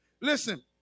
Listen